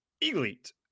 ELITE